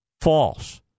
False